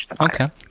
Okay